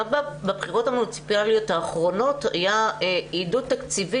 גם בבחירות המוניציפליות האחרונות היו עידוד תקציבי